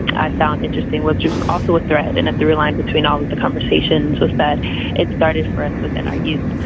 i found interesting was just also a thread in a three line between all of the conversations was that it started for us within our youth.